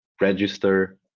register